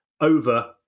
over